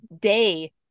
day